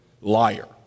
liar